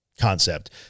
concept